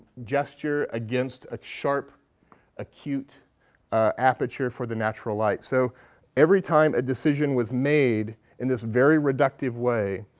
gesture against a sharp acute aperture for the natural light. so every time a decision was made in this very reductive way,